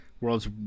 world's